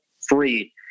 free